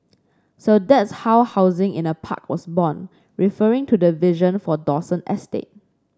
so that's how housing in a park was born referring to the vision for Dawson estate